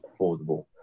affordable